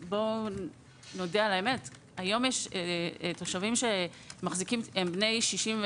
נודה על האמת, היום יש תושבים שהם בני 65,